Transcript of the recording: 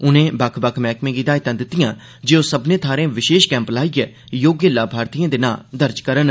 उनें बक्ख बक्ख मैहकमें गी हिदायतां दित्तआं जे ओह सब्भनें थाहरें विशेष कैंप लाइयै योग्य लाभार्थिएं दे नांऽ दर्ज करन